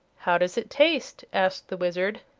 how does it taste? asked the wizard.